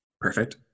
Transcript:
Perfect